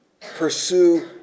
Pursue